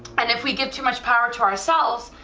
and if we get too much power to ourselves,